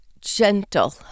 gentle